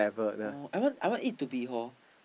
oh I want I want it to be hor